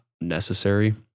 necessary